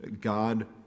God